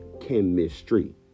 chemistry